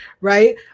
right